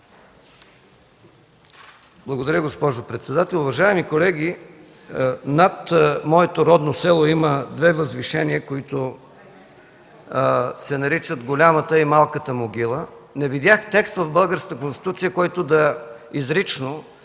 Благодаря, госпожо председател. Уважаеми колеги, над моето родно село има две възвишения, които се наричат Голямата и Малката могила. Не видях текст в българската Конституция, който изрично